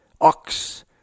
ox